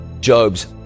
Job's